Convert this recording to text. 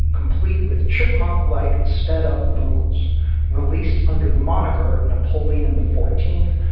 complete with chipmunk like sped up vocals released under the moniker napoleon the fourteenth.